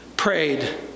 prayed